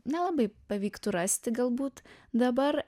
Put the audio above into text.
nelabai pavyktų rasti galbūt dabar